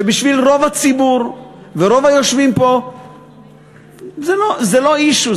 שבשביל רוב הציבור ורוב היושבים פה זה לא issue,